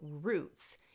roots